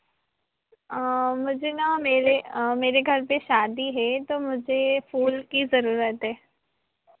मुझे ना मेरे मेरे घर पे शादी हे तो मुझे फूल की ज़रूरत है